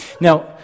Now